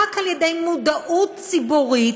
רק על-ידי מודעות ציבורית,